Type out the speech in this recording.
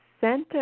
center